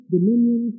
Dominion